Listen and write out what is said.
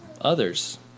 others